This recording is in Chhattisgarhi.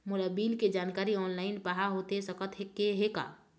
मोला बिल के जानकारी ऑनलाइन पाहां होथे सकत हे का?